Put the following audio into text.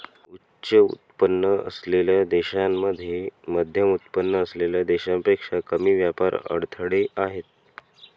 उच्च उत्पन्न असलेल्या देशांमध्ये मध्यमउत्पन्न असलेल्या देशांपेक्षा कमी व्यापार अडथळे आहेत